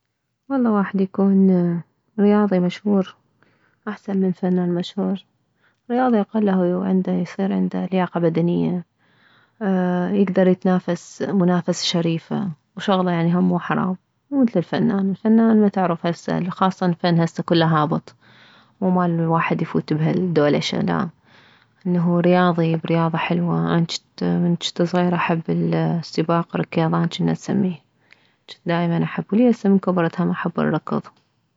والله واحد يكون رياضي مشهور احسن من فنان مشهور رياضي اقله عنده يصير عنده لياقة بدنية يكدر يتنافس منافسة شريفة شغلة هم مو حرام مو مثل الفنان الفنان ما تعرف هسه خاصة الفن هسه كله هابط مو مال واحد يفوت بهالدولشة لا انه رياضي رياضة حلوة اني جنت من جنت صغيرة احب السباق ركيضان جنا نسميه جنت دائما احبه وليهسه من كبرت احب الركض